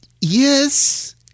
Yes